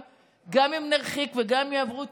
גם אם נרחיק ואם הם יעברו טיפול.